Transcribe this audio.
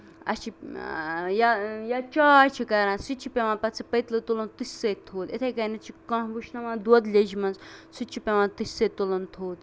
اَسہِ چھُ یا چاے چھِ کران سُہ تہِ چھِ پیوان پَتہٕ سُہ پٔتلہٕ تُلُن تٔژھِ سۭتۍ تھوٚد یِتھٕے کَنیتھ چھُ کانہہ وٕچھناوان دۄد لیٚجہِ منٛز سُہ تہِ چھُ پیوان تٔژھِ سۭتۍ تُلُن تھوٚد